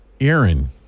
Aaron